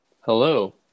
Hello